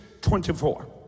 24